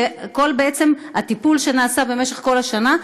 וכל הטיפול שנעשה במשך השנה,